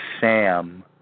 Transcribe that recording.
Sam